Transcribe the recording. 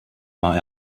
war